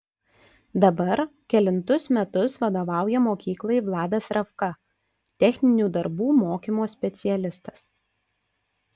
dabar kelintus metus vadovauja mokyklai vladas ravka techninių darbų mokymo specialistas